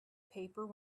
paper